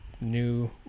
new